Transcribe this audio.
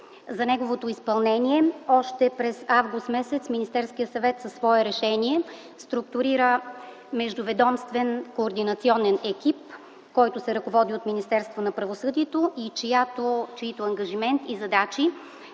За неговото изпълнение още през м. август Министерският съвет със свое решение структурира междуведомствен координационен екип, който се ръководи от Министерството на правосъдието, чийто ангажимент и задачи